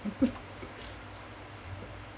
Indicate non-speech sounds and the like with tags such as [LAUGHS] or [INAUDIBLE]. [LAUGHS]